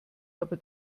aber